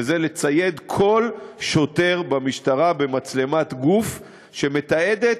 וזה לצייד כל שוטר במשטרה במצלמת גוף שמתעדת